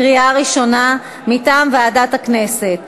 מטעם ועדת הכנסת,